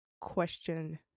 question